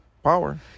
Power